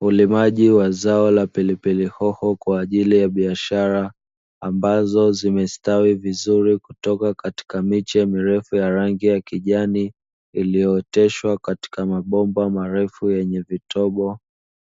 Ulimaji wa zao la pilipili hoho kwa ajili ya biashara ambazo zinastawi kutoka katika miche mirefu ya rangi ya kijani, iliyooteshwa katika mabomba marefu yenye vitobo